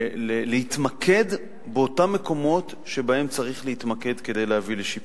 להתמקד באותם מקומות שבהם צריך להתמקד כדי להביא לשיפור.